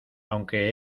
aunque